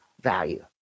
value